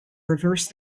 reversed